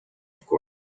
course